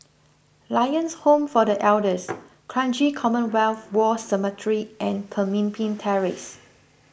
Lions Home for the Elders Kranji Commonwealth War Cemetery and Pemimpin Terrace